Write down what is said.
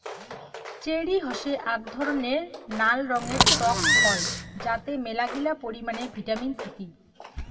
cherry হসে আক ধরণের নাল রঙের টক ফল যাতে মেলাগিলা পরিমানে ভিটামিন থাকি